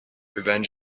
revenge